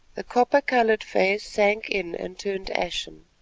the copper-coloured face sank in and turned ashen,